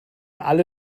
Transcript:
alle